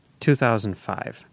2005